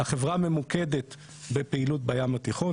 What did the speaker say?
החברה ממוקדת בפעילות בים התיכון,